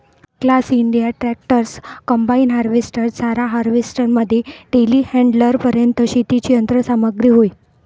class India tractors, combine harvester, चारा harvester मध्ये टेलीहँडलरपर्यंत शेतीची यंत्र सामग्री होय